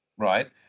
Right